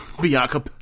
Bianca